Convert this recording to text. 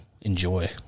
enjoy